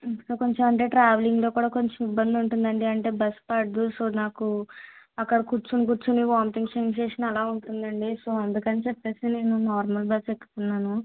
ఇంకా కొంచం అంటే ట్రావెలింగ్లో కూడా కొంచెం ఇబ్బంది ఉంటుందండి అంటే బస్ పడదు సో నాకు అక్కడ కూర్చుని కూర్చుని వాంటింగ్ సెన్సేషన్ అలా ఉంటుందండి సో అందుకని చెప్పి నేను నార్మల్ బస్ ఎక్కుతున్నాను